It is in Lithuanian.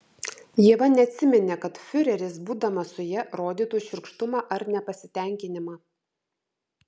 ieva neatsiminė kad fiureris būdamas su ja rodytų šiurkštumą ar nepasitenkinimą